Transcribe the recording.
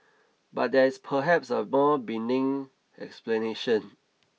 but there is perhaps a more benign explanation